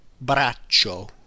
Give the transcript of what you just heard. braccio